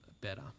better